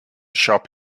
shop